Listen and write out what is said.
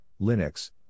Linux